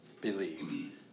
believe